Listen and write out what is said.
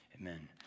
Amen